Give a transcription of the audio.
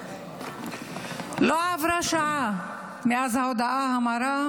לא עברה שעה מאז ההודעה המרה,